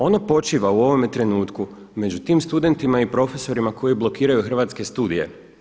Ono počiva u ovome trenutku među tim studentima i profesorima koji blokiraju Hrvatske studije.